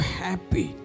happy